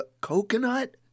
coconut